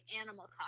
animal